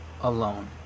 alone